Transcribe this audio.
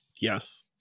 Yes